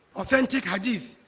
authentic hadith,